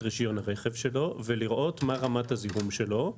רישיון הרכב שלו ולראות מה רמת הזיהום שלו.